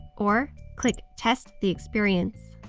or click test the experience.